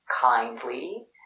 kindly